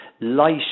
light